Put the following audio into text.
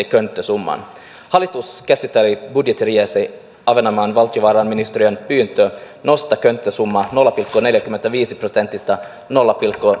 könttäsumman hallitus käsitteli budjettiriihessä ahvenanmaan valtiovarainministeriön pyyntöä nostaa könttäsumma nolla pilkku neljästäkymmenestäviidestä prosentista nolla pilkku